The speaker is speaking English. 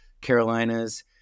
Carolinas